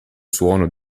suono